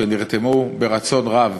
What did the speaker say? שנרתמו ברצון רב